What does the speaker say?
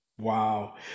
Wow